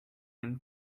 and